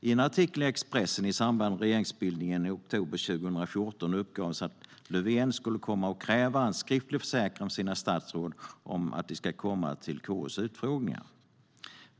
I en artikel i Expressen i samband med regeringsbildningen i oktober 2014 uppgavs att Löfven skulle komma att kräva en skriftlig försäkran från sina statsråd om att de ska komma till KU:s utfrågningar.